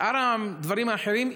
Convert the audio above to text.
שאר הדברים האחרים,